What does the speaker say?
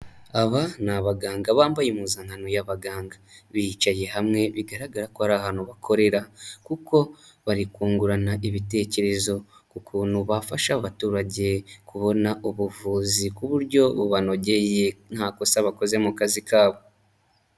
Aba ni abaganga bambaye impuzankano y'abaganga, bicaye hamwe bigaragara ko ari ahantu bakorera kuko bari kungurana ibitekerezo k'ukuntu bafasha abaturage kubona ubuvuzi ku buryo bubanogeye, nta kosa bakoze mu kazi ka bo.